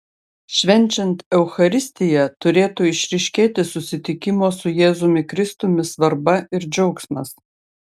švenčiant eucharistiją turėtų išryškėti susitikimo su jėzumi kristumi svarba ir džiaugsmas